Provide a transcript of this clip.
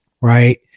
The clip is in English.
right